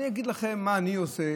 אני אגיד לכם אני מה אני עושה.